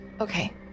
Okay